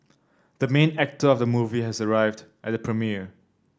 the main actor of the movie has arrived at the premiere